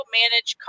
manage